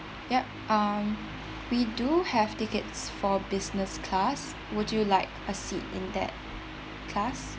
ya um we do have tickets for business class would you like a seat in that class